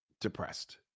depressed